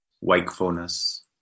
wakefulness